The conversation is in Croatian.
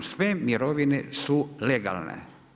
Sve mirovine su legalne.